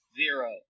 zero